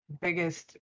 biggest